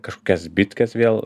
kažkokias zbitkas vėl